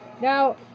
Now